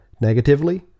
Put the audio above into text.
negatively